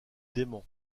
dément